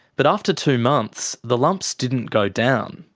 but after two months, the lumps didn't go down.